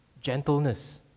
gentleness